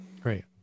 Great